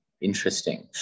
Interesting